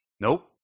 nope